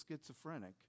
schizophrenic